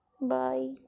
Bye